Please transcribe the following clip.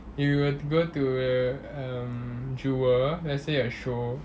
you were to go to err um jewel let's say a show